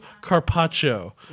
carpaccio